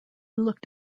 looked